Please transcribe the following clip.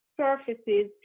Surfaces